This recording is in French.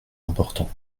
important